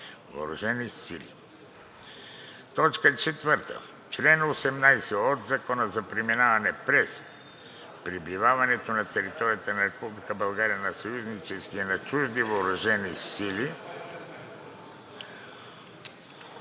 сили. 4. Чл. 18 от Закона за преминаване през и пребиваването на територията на Република България на съюзнически и на чужди въоръжени сили